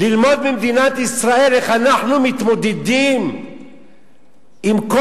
ללמוד ממדינת ישראל איך אנחנו מתמודדים עם כל